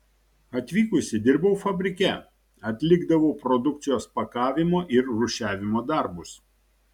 atvykusi dirbau fabrike atlikdavau produkcijos pakavimo ir rūšiavimo darbus